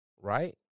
right